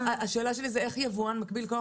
שאלה שלי היא איך יבואן מקביל קודם כול,